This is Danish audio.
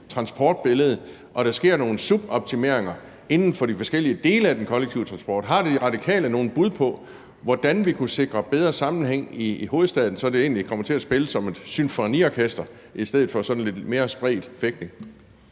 transportbillede, og der sker nogle suboptimeringer inden for de forskellige dele af den kollektive transport. Har De Radikale nogen bud på, hvordan vi kunne sikre bedre sammenhæng i hovedstaden, så det egentlig kommer til at spille som et symfoniorkester i stedet for sådan lidt mere spredt fægtning?